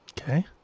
okay